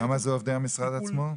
כמה זה עובדי המשרד עצמו?